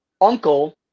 uncle